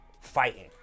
fighting